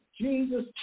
Jesus